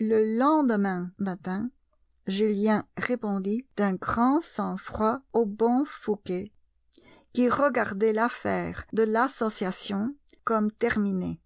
le lendemain matin julien répondit d'un grand sang-froid au bon fouqué qui regardait l'affaire de l'association comme terminée